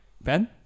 Ben